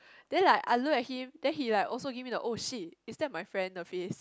then like I look at him then he like also give me the oh shit is that my friend the face